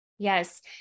Yes